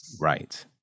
Right